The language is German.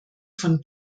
von